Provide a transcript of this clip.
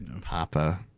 Papa